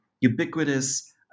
ubiquitous